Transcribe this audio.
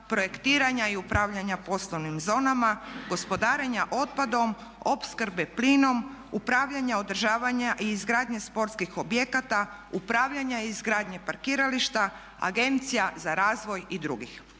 projektiranja i upravljanja poslovnim zonama, gospodarenja otpadom, opskrbe plinom, upravljanja održavanja i izgradnje sportskih objekata, upravljanja i izgradnje parkirališta, agencija za razvoj i drugih.